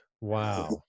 Wow